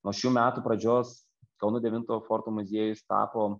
nuo šių metų pradžios kauno devintojo forto muziejus tapo